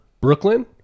Brooklyn